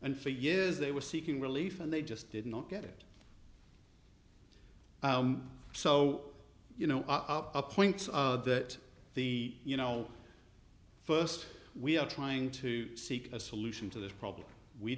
and for years they were seeking relief and they just did not get it so you know up a point that the you know first we are trying to seek a solution to this problem we